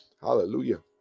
hallelujah